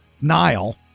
Nile